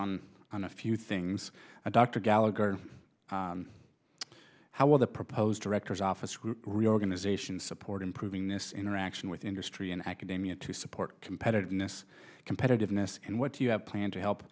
on on a few things and dr gallagher how will the proposed director's office reorganization support improving this interaction with industry and academia to support competitiveness competitiveness and what do you have planned to help